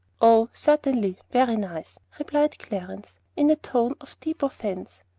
oh, certainly very nice, replied clarence, in a tone of deep offence.